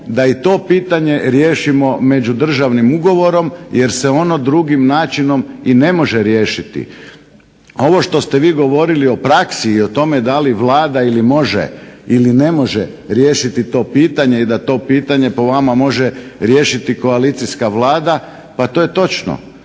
da i to pitanje riješimo međudržavnim ugovorom, jer se ono drugim načinom i ne može riješiti. Ovo što ste vi govorili o praksi i o tome da li Vlada ili može ili ne može riješiti to pitanje i da to pitanje po vama može riješiti koalicijska Vlada, pa to je točno.